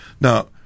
Now